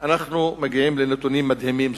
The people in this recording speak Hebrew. אנחנו מגיעים לנתונים מדהימים,